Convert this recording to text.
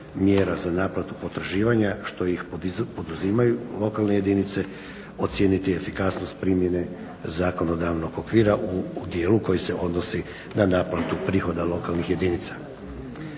mjera za naplatu potraživanja što ih poduzimaju lokalne jedinice, ocijeniti efikasnost primjene zakonodavnog okvira u dijelu koji se odnosi na naplatu prihoda lokalnih jedinica.